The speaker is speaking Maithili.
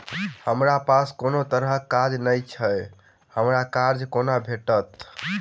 हमरा पास कोनो तरहक कागज नहि छैक हमरा कर्जा कोना भेटत?